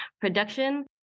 production